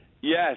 Yes